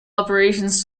operations